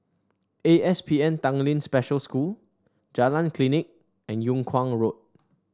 A S P N Tanglin Special School Jalan Klinik and Yung Kuang Road